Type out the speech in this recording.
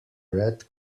red